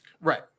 Right